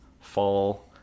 fall